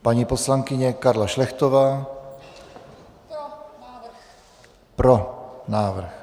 Paní poslankyně Karla Šlechtová: Pro návrh.